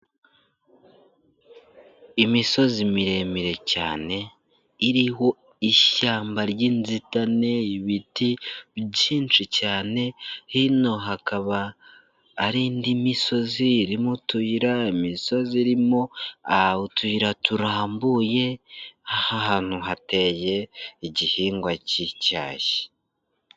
Imisozi miremire cyane iriho ishyamba ry'inzitane, ibiti byinshi cyane, hino hakaba hari indi misozi, irimo utuyira, imisozi irimo utuyira turarambuye, aha hantu hateye igihingwa cy'icyayi.